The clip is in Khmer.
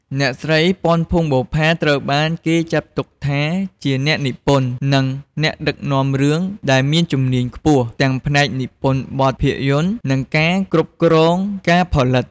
អ្នកស្រី ពាន់ ភួងបុប្ផា ត្រូវបានគេចាត់ទុកថាជាអ្នកនិពន្ធ និងអ្នកដឹកនាំរឿងដែលមានជំនាញខ្ពស់ ទាំងផ្នែកនិពន្ធបទភាពយន្ត និងការគ្រប់គ្រងការផលិត។